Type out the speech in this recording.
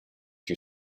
you